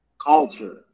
culture